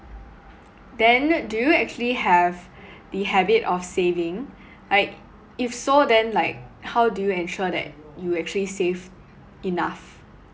then do you actually have the habit of saving like if so then like how do you ensure that you actually save enough